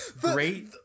Great